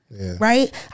Right